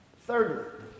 Thirdly